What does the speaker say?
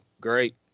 great